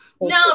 No